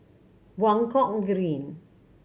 Buangkok Green